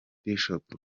bishop